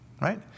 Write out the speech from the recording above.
right